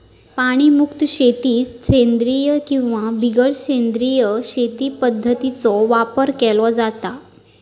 प्राणीमुक्त शेतीत सेंद्रिय किंवा बिगर सेंद्रिय शेती पध्दतींचो वापर केलो जाता